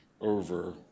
over